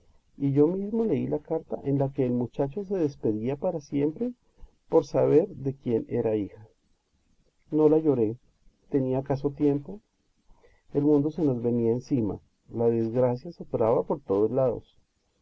y yo mismo leí la carta en la que el muchacho se despedía para siempre por saber de quién era hija no la lloré tenía acaso tiempo el mundo se nos venía encima la desgracia soplaba por todos lados